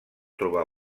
trobar